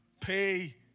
pay